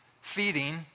feeding